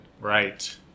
Right